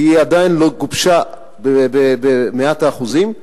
כי היא עדיין לא גובשה במאת האחוזים,